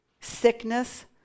sickness